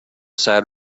sad